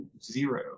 Zero